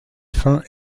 fin